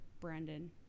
Brandon